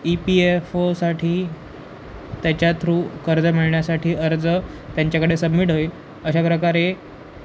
E P F ओसाठी त्याच्या through कर्ज मिळण्यासाठी अर्ज त्यांच्याकडे सबमिट होईल अशा प्रकारे